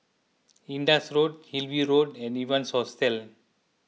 Indus Road Hillview Road and Evans Hostel